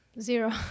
zero